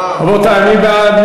רבותי, מי בעד?